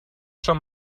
schon